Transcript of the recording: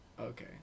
Okay